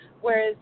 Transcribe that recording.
Whereas